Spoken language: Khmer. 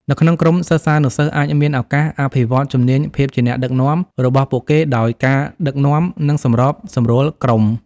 នៅក្នុងក្រុម សិស្សានុសិស្សអាចមានឱកាស អភិវឌ្ឍជំនាញភាពជាអ្នកដឹកនាំ របស់ពួកគេ ដោយការដឹកនាំ និងសម្របសម្រួលក្រុម។